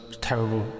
terrible